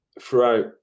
throughout